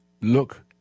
look